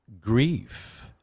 grief